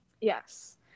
Yes